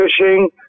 fishing